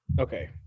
Okay